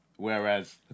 Whereas